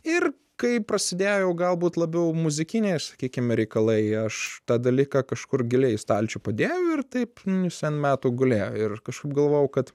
ir kai prasidėjo jau galbūt labiau muzikiniai sakykime reikalai aš tą dalyką kažkur giliai stalčių padėjau ir taip jis n metų gulėjo ir kažkaip galvojau kad